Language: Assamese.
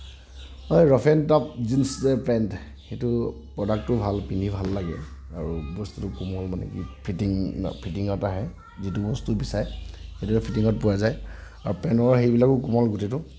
এই rough and tough jeans pant সেইটো প্ৰ'ডাক্টটো ভাল পিন্ধি ভাল লাগে আৰু বস্তুটো কোমল মানে কি ফিটিঙ ফিটিঙত আহে যিটো বস্তু বিচাৰে সেইটো ফিটিঙত পোৱা যায় আৰু পেণ্টৰ হেৰিবিলাকো কোমল গোটেইটো